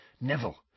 Neville